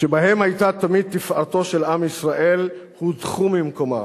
שבהם היתה תמיד תפארתו של עם ישראל, הודחו ממקומם.